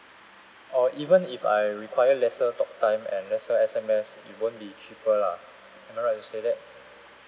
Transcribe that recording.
oh even if I require lesser talk time and lesser S_M_S it won't be cheaper lah am I right to say that